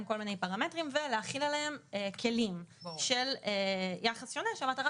כל מיני פרמטרים ולהחיל עליהן כלים של יחס שונה שהמטרה